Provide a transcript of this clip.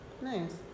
Nice